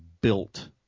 built